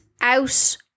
out